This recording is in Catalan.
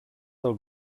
del